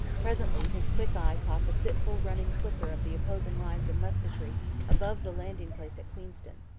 presently his quick eye caught the fitful running flicker of the opposing lines of musketry above the landing-place at queenston.